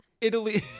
Italy